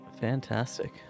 Fantastic